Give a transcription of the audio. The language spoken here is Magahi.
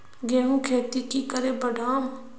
गेंहू खेती की करे बढ़ाम?